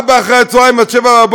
אחר-הצהריים עד 07:00,